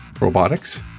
Robotics